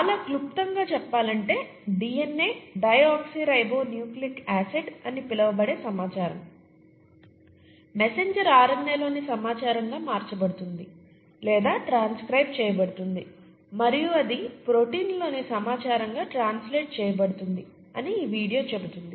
చాలా క్లుప్తంగా చెప్పాలంటే DNA deoxyribonucleic acid అని పిలవబడే సమాచారం మెసెంజర్ ఆర్ఎన్ఏ లోని సమాచారంగా మార్చబడుతుంది లేదా ట్రాంస్క్రైబ్ చేయబడుతుంది మరియు అది ప్రోటీన్లలోని సమాచారంగా ట్రాన్స్లేట్ చేయబడుతుంది అని ఈ వీడియో చెబుతుంది